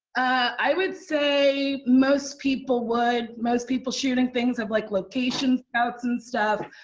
i would say most people would. most people shooting things have, like, location scouts and stuff.